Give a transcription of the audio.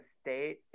state